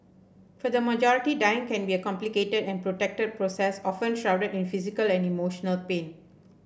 for the majority dying can be a complicated and protracted process often shrouded in physical and emotional pain